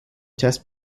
test